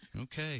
Okay